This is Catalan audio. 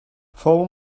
fou